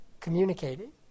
communicating